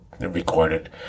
recorded